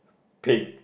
think